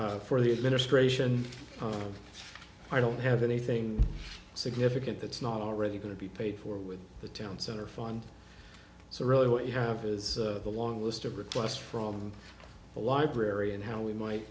for the administration i don't have anything significant that's not already going to be paid for with the town center fund so really what you have is a long list of requests from the librarian how we might